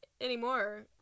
anymore